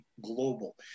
Global